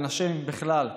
לנשים בכלל,